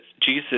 Jesus